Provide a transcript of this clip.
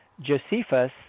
Josephus